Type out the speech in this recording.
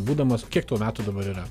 būdamas kiek tau metų dabar yra